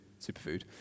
superfood